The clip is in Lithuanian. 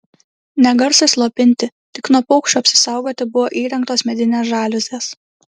ne garsui slopinti tik nuo paukščių apsisaugoti buvo įrengtos medinės žaliuzės